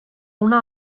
una